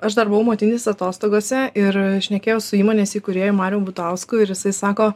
aš dar buvau motinys atostogose ir šnekėjau su įmonės įkūrėju marium gutausku ir jisai sako